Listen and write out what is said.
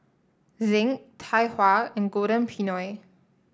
Zinc Tai Hua and Golden Peony